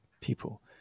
people